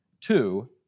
Two